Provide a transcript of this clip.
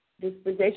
disposition